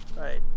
right